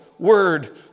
Word